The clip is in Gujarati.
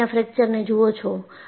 તમે અહીંયા ફ્રેક્ચરને જુઓ છો